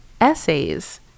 essays